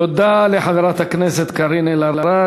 תודה לחברת הכנסת קארין אלהרר.